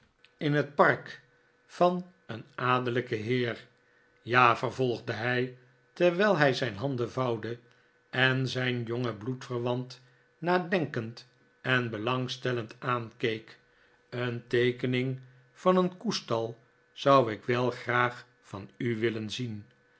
in het park van een adellijken heer ja vervolgde hij terwijl hij zijn handen vouwde en zijn jongen bloedverwant nadenkend en belangstellend aankeek een teekening van een koestal zou ik wel graag van u willen zien